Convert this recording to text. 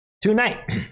tonight